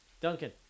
Duncan